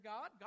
God